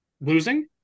losing